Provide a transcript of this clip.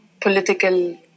political